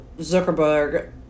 zuckerberg